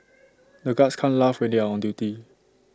the guards can't laugh when they are on duty